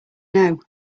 know